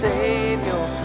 Savior